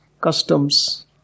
customs